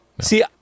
see